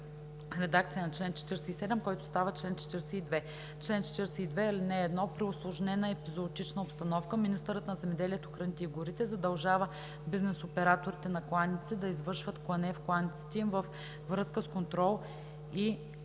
редакция на чл. 47, който става чл. 42: „Чл. 42. (1) При усложнена епизоотична обстановка министърът на земеделието, храните и горите задължава бизнес операторите на кланици да извършват клане в кланиците им във връзка с контрол и